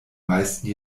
meisten